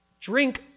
drink